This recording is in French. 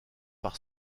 par